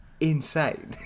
insane